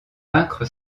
vaincre